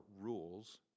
rules